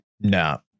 no